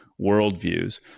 worldviews